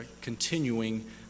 continuing